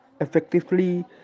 effectively